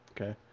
okay